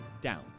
down